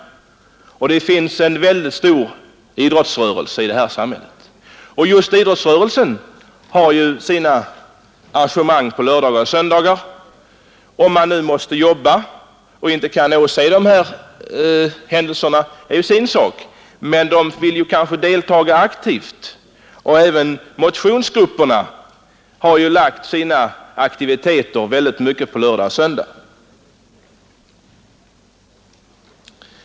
Och det finns en väldigt stor idrottsrörelse i samhället. Idrottsrörelsen har sina evenemang på lördagar och söndagar. Om man måste jobba och inte kan se händelserna är en sak, men man kanske vill delta aktivt. Även motionsgrupperna har i stor utsträckning sina aktiviteter förlagda till lördagar och söndagar.